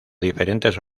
diferentes